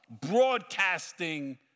broadcasting